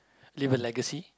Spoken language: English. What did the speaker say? leave a legacy